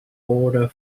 order